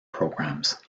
programs